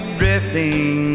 drifting